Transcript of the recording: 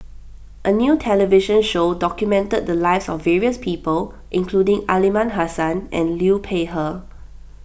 a new television show documented the lives of various people including Aliman Hassan and Liu Peihe